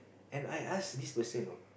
and I ask this person you know